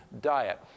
diet